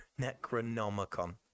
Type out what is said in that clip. necronomicon